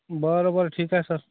बरं बरं ठीक आहे सर